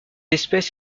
espèce